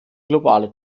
globale